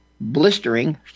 blistering